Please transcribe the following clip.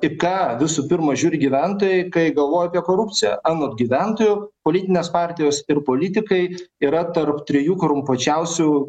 į ką visų pirma žiūri gyventojai kai galvoja apie korupciją anot gyventojų politinės partijos ir politikai yra tarp trijų korumpuočiausių